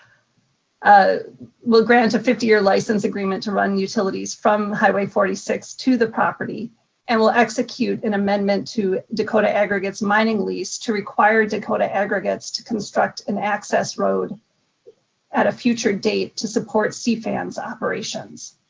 ah will grant a fifty year license agreement to run utilities from highway forty six to the property and will execute an amendment to dakota aggregates mining lease to require dakota aggregates to construct an access road at a future date to support cfans operations.